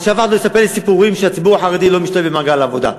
אז שאף אחד לא יספר לי סיפורים שהציבור החרדי לא משתלב במעגל העבודה.